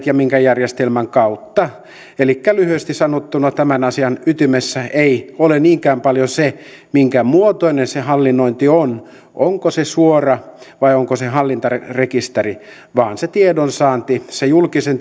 ja minkä järjestelmän kautta elikkä lyhyesti sanottuna tämän asian ytimessä ei ole niinkään paljon se minkä muotoinen se hallinnointi on onko se suora vai onko se hallintarekisteri vaan se tiedonsaanti se julkisen